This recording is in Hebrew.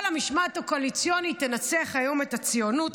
אבל המשמעת הקואליציונית תנצח היום את הציונות,